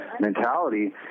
mentality